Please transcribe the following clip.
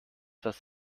das